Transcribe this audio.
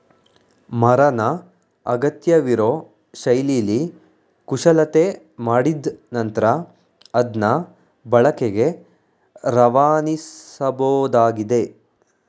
ಮರನ ಅಗತ್ಯವಿರೋ ಶೈಲಿಲಿ ಕುಶಲತೆ ಮಾಡಿದ್ ನಂತ್ರ ಅದ್ನ ಬಳಕೆಗೆ ರವಾನಿಸಬೋದಾಗಿದೆ